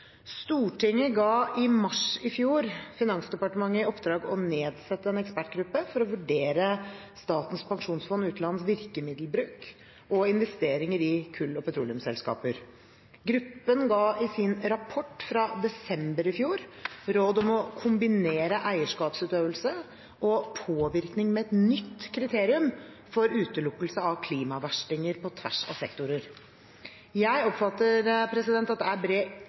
Stortinget ga i mars i fjor Finansdepartementet i oppdrag å nedsette en ekspertgruppe for å vurdere Statens pensjonsfond utlands virkemiddelbruk og investeringer i kull- og petroleumsselskaper. Gruppen ga i sin rapport fra desember i fjor råd om å kombinere eierskapsutøvelse og påvirkning med et nytt kriterium for utelukkelse av klimaverstinger på tvers av sektorer. Jeg oppfatter at det er bred